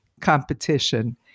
competition